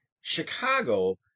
Chicago